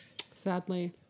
sadly